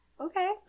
okay